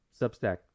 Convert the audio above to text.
Substack